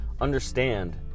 understand